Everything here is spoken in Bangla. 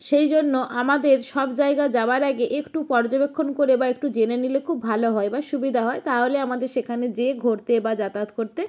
সেই জন্য আমাদের সব জায়গা যাওয়ার আগে একটু পর্যবেক্ষণ করে বা একটু জেনে নিলে খুব ভালো হয় বা সুবিধা হয় তাহলে আমাদের সেখানে যেয়ে ঘোরতে বা যাতায়াত করতে